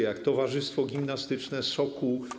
jak towarzystwo gimnastyczne ˝Sokół˝